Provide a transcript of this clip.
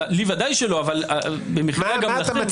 לי ודאי שלא אבל במקרה גם לכם.